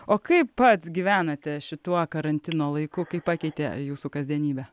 o kaip pats gyvenate šituo karantino laiku kaip pakeitė jūsų kasdienybę